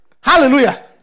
Hallelujah